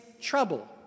trouble